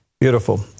Beautiful